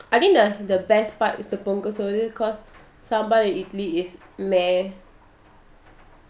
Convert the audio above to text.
I think the the best part is the பொங்கல்சோறு:pongal soru cause sambal and idli is meh